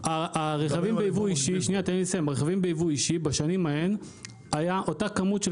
ברכבים ביבוא אישי בשנים ההן היו אותה כמות של